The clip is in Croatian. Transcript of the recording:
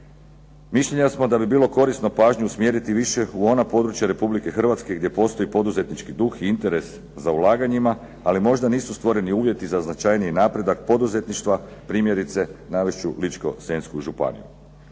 Mišljenja smo da bi bilo korisno pažnju usmjeriti u ona područja Republike Hrvatske gdje postoji poduzetnički duh i interes za ulaganjima ali možda nisu stvoreni uvjeti za značajniji napredak poduzetništva, primjerice navest ću Ličko-senjsku županiju.